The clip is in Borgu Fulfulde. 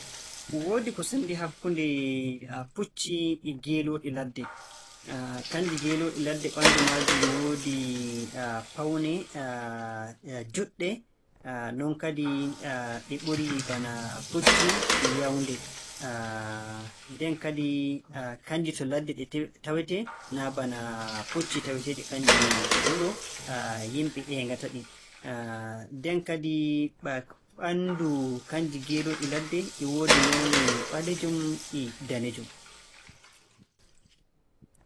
Yarki ndiyam kam, nde mi heɓi sal fuu, walla nde mi nani ɗomka fuu, miɗo yara ndiyam tan. Walaa wakkati naa ɗum wakkati ɗum waɗii walla naa ɗum wakkati ɗum waɗii nden mi heɓa mi yara ndiyam. Ammaa ni mi anndi nde weeti fuu e mi yara ko liitaaji ɗiɗi walla ko saalii non. Nden kadi - aan kam ni, ndiyam ɗuuɗɗam njaray-mi.